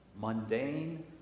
mundane